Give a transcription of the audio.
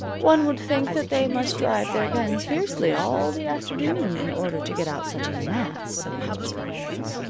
one would think that they must drive their pens fiercely all the afternoon in order to get out such a mass of correspondence.